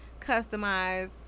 customized